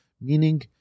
meaning